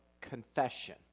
confession